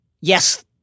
yes